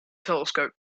telescope